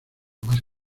más